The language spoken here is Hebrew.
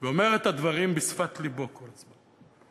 ואומר את הדברים בשפת לבו כל הזמן.